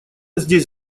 здесь